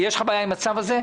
יש לך בעיה עם הצו הזה?